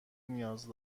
نیاز